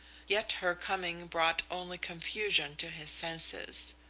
yet her coming brought only confusion to his senses.